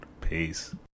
Peace